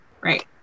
right